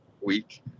week